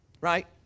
Right